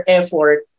effort